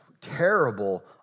terrible